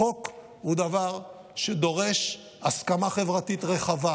חוק הוא דבר שדורש הסכמה חברתית רחבה.